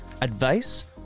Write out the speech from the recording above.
advice